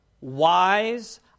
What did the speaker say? wise